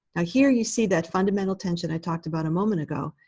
ah here, you see that fundamental tension i talked about a moment ago.